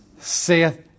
saith